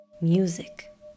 music